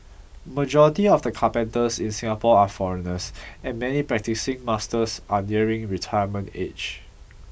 majority of the carpenters in Singapore are foreigners and many practising masters are nearing retirement age